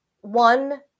one